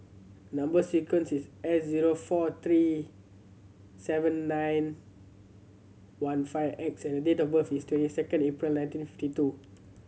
number sequence is S zero four three seven nine one five X and the date of birth is twenty second April nineteen fifty two